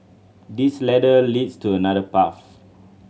this ladder leads to another path